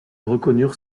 reconnurent